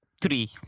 Three